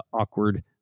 awkward